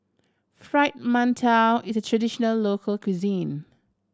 Fried Mantou is a traditional local cuisine